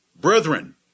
Brethren